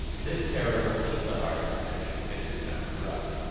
this terror will eat the heart of ani if it is found corrupt.